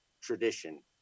tradition